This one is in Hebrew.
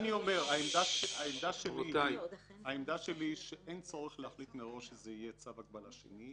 העמדה שלי היא שאין צורך להחליט מראש שזה יהיה צו הגבלה שני.